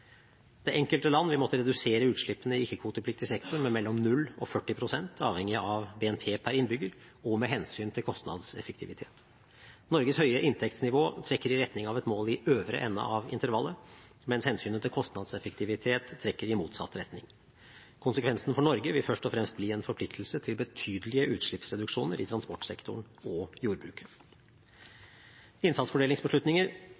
Det enkelte land vil måtte redusere utslippene i ikke-kvotepliktig sektor med mellom 0 pst. og 40 pst, avhengig av BNP per innbygger og med hensyn til kostnadseffektivitet. Norges høye inntektsnivå trekker i retning av et mål i øvre ende av intervallet, mens hensynet til kostnadseffektivitet trekker i motsatt retning. Konsekvensen for Norge vil først og fremst bli en forpliktelse til betydelige utslippsreduksjoner i transportsektoren og